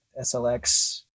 SLX